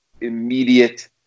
immediate